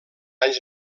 anys